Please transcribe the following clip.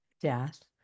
death